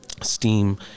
STEAM